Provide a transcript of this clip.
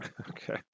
Okay